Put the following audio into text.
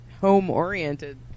home-oriented